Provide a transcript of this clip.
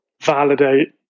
validate